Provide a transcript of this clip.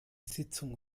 sitzung